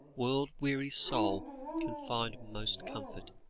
world-weary soul can find most comfort